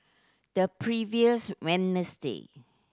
the previous Wednesday